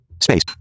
space